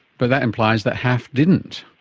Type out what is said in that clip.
but that implies that half didn't.